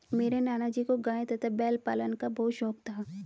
मेरे नाना जी को गाय तथा बैल पालन का बहुत शौक था